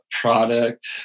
Product